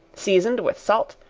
seasoned with salt,